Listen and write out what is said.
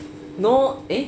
no eh